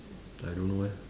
I don't know eh